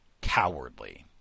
Cowardly